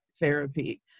therapy